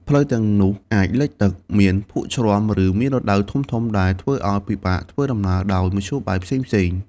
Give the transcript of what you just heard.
ផ្លូវទាំងនោះអាច លិចទឹក មានភក់ជ្រាំ ឬមានរណ្តៅ ធំៗដែលធ្វើឲ្យពិបាកធ្វើដំណើរដោយមធ្យោបាយផ្សេងៗ។